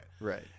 Right